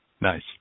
Nice